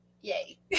Yay